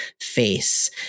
face